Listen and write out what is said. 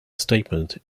statement